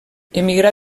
emigrà